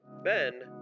Ben